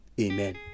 Amen